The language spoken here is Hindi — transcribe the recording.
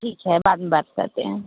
ठीक है बाद में बात करते हैं